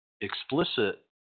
explicit